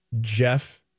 Jeff